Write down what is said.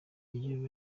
uyu